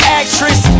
actress